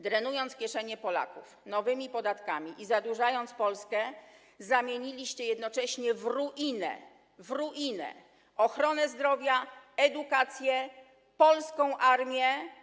Drenując kieszenie Polaków nowymi podatkami i zadłużając Polskę, zamieniliście jednocześnie w ruinę ochronę zdrowia, edukację, polską armię.